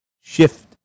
shift